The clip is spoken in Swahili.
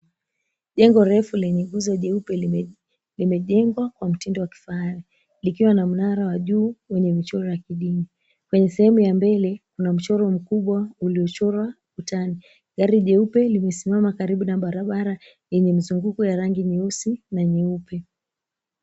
Jengo refu lenye nguzo jeupe limejengwa kwa mtindo wa kifahari likiwa na mnara wa juu wenye michoro wa kidini, kwenye sehemu ya mbele kuna chora mkubwa uliyochorwa ukutani, gari jeupe limesimama karibu na barabara yenye mzunguko ya rangi nyeusi na nyeupe.